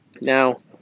Now